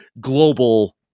global